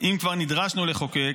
אם כבר נדרשנו לחוקק,